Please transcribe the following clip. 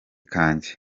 kanjye